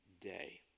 day